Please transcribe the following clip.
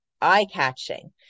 eye-catching